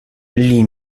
lee